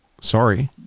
sorry